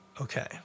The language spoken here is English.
okay